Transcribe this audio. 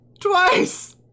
Twice